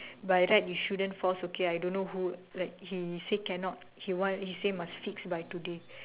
by right you shouldn't force okay I don't know who like he say cannot he want he say must fix by today